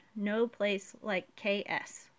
NoPlaceLikeKS